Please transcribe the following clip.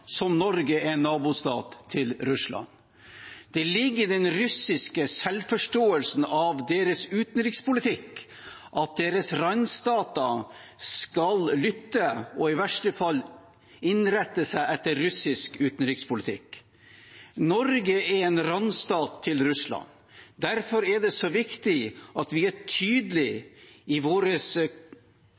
som Norge er nabostat til Russland. Det ligger i den russiske selvforståelsen av deres utenrikspolitikk at deres randstater skal lytte til, og i verste fall innrette seg etter, russisk utenrikspolitikk. Norge er en randstat til Russland, og derfor er det så viktig at vi er tydelige i vår